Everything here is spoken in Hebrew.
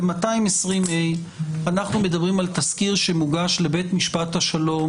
ב-220ה אנחנו מדברים על תסקיר שמוגש לבית משפט השלום,